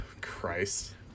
Christ